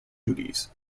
duties